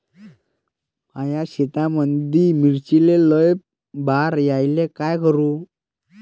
माया शेतामंदी मिर्चीले लई बार यायले का करू?